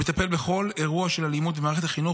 ומטפל בכל אירוע של אלימות במערכת החינוך